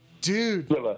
Dude